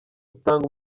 utanga